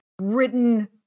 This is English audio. written